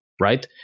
right